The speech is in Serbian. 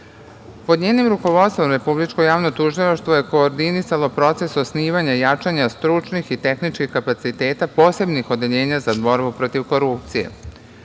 njenim rukovodstvom Republičko javno tužilaštvo je koordinisalo proces osnivanja i jačanja stručnih i tehničkih kapaciteta posebnih odeljenja za borbu protiv korupcije. Kao